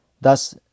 Thus